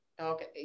Okay